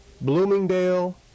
Bloomingdale